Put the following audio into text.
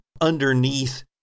underneath